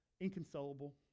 inconsolable